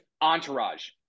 entourage